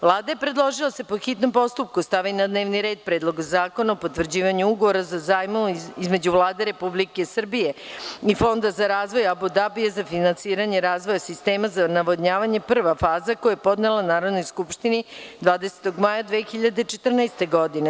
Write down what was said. Vlada je predložila da se po hitnom postupku stavi na dnevni red Predlog zakona o potvrđivanju Ugovora o zajmu između Vlade Republike Srbije i Fonda za razvoj Abu Dabija za finansiranje razvoja sistema za navodnjavanje Prva faza, koji je podnela Narodnoj skupštini 20. maja 2014. godine.